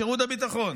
שירות הביטחון.